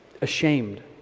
ashamed